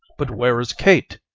but where is kate?